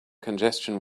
congestion